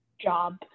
job